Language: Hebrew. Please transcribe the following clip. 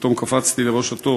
ופתאום קפצתי לראש התור.